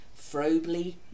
Frobly